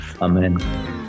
Amen